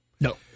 No